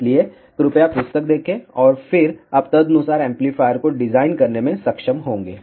इसलिए कृपया पुस्तक देखें और फिर आप तदनुसार एम्पलीफायर को डिजाइन करने में सक्षम होंगे